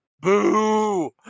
boo